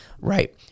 right